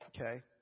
Okay